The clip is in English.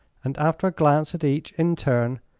and after a glance at each, in turn,